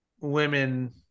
women